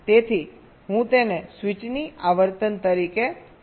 તેથી હું તેને સ્વીચની આવર્તન તરીકે કહું છું